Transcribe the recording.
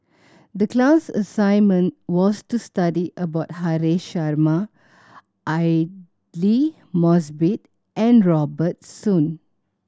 the class assignment was to study about Haresh Sharma Aidli Mosbit and Robert Soon